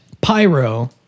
pyro